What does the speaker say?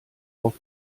auf